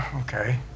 okay